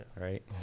right